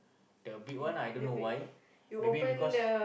the big one ah I don't know why maybe because